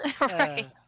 Right